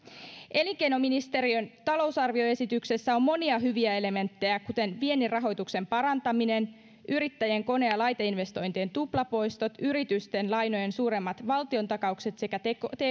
elinkeinoministeriön talousarvioesityksessä on monia hyviä elementtejä kuten viennin rahoituksen parantaminen yrittäjien kone ja laiteinvestointien tuplapoistot yritysten lainojen suuremmat valtiontakaukset sekä